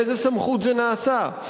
באיזו סמכות זה נעשה?